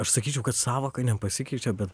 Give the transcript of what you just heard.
aš sakyčiau kad sąvoka nepasikeičiau bet